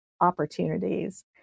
opportunities